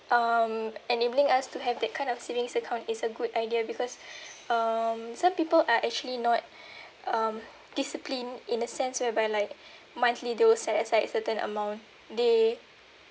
um enabling us to have that kind of savings account is a good idea because um some people are actually not um disciplined in a sense whereby like monthly they will set aside a certain amount they